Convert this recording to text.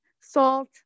salt